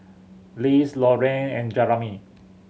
Les Lorraine and Jeramy